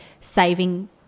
saving